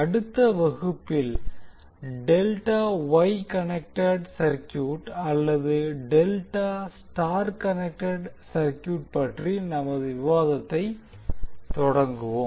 அடுத்த வகுப்பில் delta Y connected circuit அல்லது டெல்டா ஸ்டார் கனெக்டெட் சர்க்யூட் பற்றி நமது விவாதத்தை தொடங்குவோம்